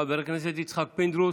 חבר הכנסת יצחק פינדרוס,